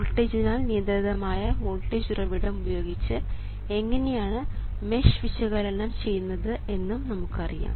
വോൾട്ടേജിനാൽ നിയന്ത്രിതമായ വോൾട്ടേജ് ഉറവിടം ഉപയോഗിച്ച് എങ്ങനെയാണ് മെഷ് വിശകലനം ചെയ്യുന്നത് എന്നും നമുക്ക് അറിയാം